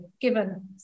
given